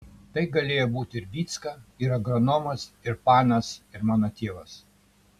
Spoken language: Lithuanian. tai galėjo būti ir vycka ir agronomas ir panas ir mano tėvas